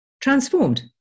transformed